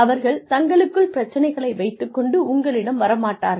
அவர்கள் தங்களுக்குள் பிரச்சினைகளை வைத்துக் கொண்டு உங்களிடம் வர மாட்டார்கள்